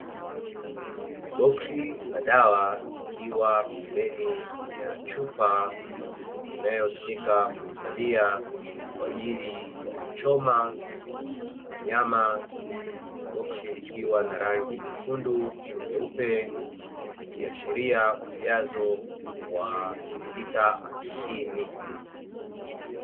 Boksi la dawa likiwa pembeni ya chupa, inayotumika kuhifadhia kwaajili ya kuchoma wanyama. Boksi likiwa na rangi nyekundu na nyeupe, ikiashiria ujazo wa mililita hamsini.